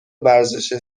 ورزش